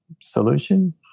solution